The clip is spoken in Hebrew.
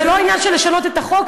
זה לא עניין של לשנות את החוק,